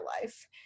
life